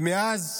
ומאז